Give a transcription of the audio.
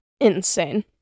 insane